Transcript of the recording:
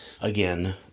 Again